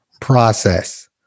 process